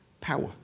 power